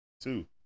Two